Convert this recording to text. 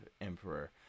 emperor